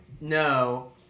no